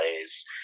plays